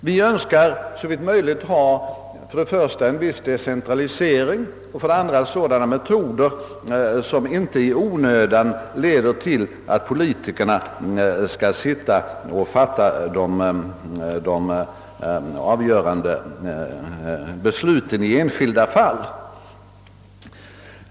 Vi önskar såvitt möjligt ha för det första en viss decentralisering, för det andra sådana metoder som inte i onödan leder till att politikerna skall sitta och fatta de avgörande besluten i enskilda fall.